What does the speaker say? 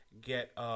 get